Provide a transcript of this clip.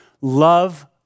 love